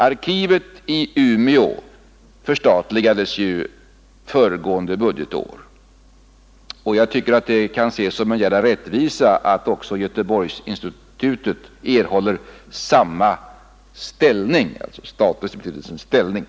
Arkivet i Umeå förstatligades föregående budgetår. Jag tycker att det kan ses som en gärd av rättvisa att också institutet i Göteborg erhåller samma ställning.